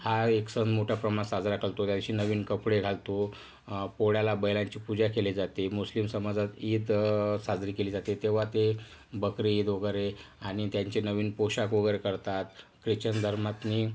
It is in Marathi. हा एक सण मोठ्या प्रमाणात साजरा कलतो त्या दिवशी नवीन कपडे घालतो पोळ्याला बैलांची पूजा केली जाते मुस्लिम समाजात ईद साजरी केली जाते तेव्हा ते बकरी ईद वगेरे आणि त्यांचे नवीन पोशाख वगैरे करतात क्रिश्चन धर्मातनी